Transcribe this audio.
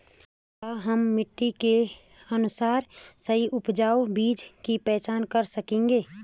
क्या हम मिट्टी के अनुसार सही उपजाऊ बीज की पहचान कर सकेंगे?